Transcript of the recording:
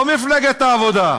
לא מפלגת העבודה.